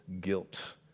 guilt